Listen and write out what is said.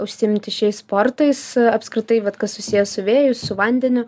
užsiimti šiais sportais apskritai vat kas susiję su vėju su vandeniu